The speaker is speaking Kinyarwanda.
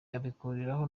abihuriraho